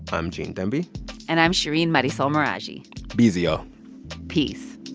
i'm gene demby and i'm shereen marisol meraji be easy, y'all peace